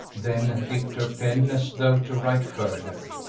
then dipped her pen as though to write further,